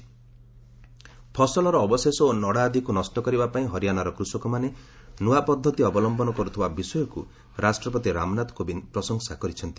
ପ୍ରେଜ୍ ଫାର୍ମରସ୍ ଫସଲର ଅବଶେଷ ଓ ନଡ଼ା ଆଦିକ୍ ନଷ୍ଟ କରିବା ପାଇଁ ହରିଆଣାର କୃଷକମାନେ ନୂଆ ପଦ୍ଧତି ଅବଲମ୍ଘନ କରୁଥିବା ବିଷୟକୁ ରାଷ୍ଟ୍ରପତି ରାମନାଥ କୋବିନ୍ଦ ପ୍ରଶଂସା କରିଛନ୍ତି